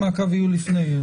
לפני.